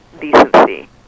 decency